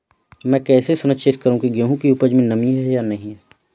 मैं कैसे सुनिश्चित करूँ की गेहूँ की उपज में नमी है या नहीं?